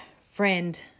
friend